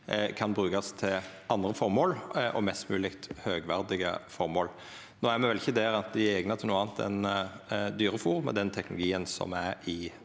kan brukast til andre og mest mogleg høgverdige føremål. No er me ikkje der at dei er eigna til noko anna enn dyrefôr med den teknologien som er i